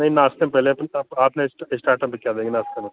नाश्ते में पहले आप स्टार्टर में क्या देंगे नाश्ते में